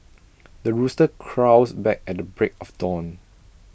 the rooster crows back at the break of dawn